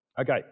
Okay